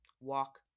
walk